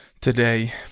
today